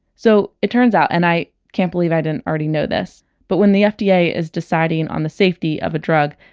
so it turns out and i can't believe i didn't already know this but when the fda is deciding on the safety of a drug,